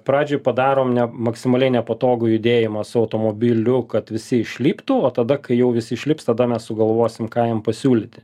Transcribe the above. pradžiai padarom ne maksimaliai nepatogų judėjimą su automobiliu kad visi išliptų o tada kai jau visi išlips tada mes sugalvosim ką jiem pasiūlyti